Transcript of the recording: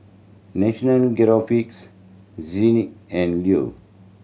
National Geographic Zinc and Leo